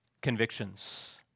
convictions